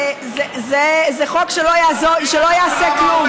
זה חוק שלא יעשה כלום,